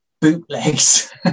bootlegs